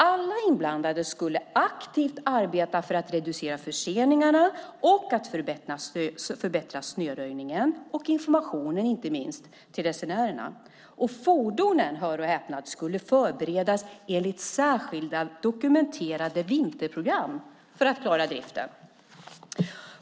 Alla inblandade skulle aktivt arbeta för att reducera förseningarna, förbättra snöröjningen och inte minst informationen till resenärerna. Och fordonen, hör och häpna, skulle förberedas enligt särskilt dokumenterade vinterprogram för att klara driften.